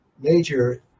major